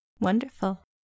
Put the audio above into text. Wonderful